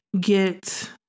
get